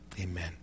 Amen